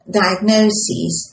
diagnoses